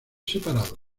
separado